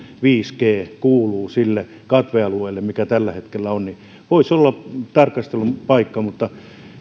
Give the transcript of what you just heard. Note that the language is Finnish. viisi g kuuluu sille katvealueelle mikä tällä hetkellä on voisi olla tarkastelun paikka mutta